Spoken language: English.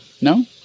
no